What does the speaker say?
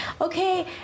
okay